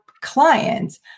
clients